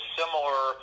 similar